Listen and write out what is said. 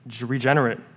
regenerate